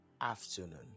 afternoon